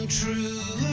true